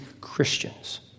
Christians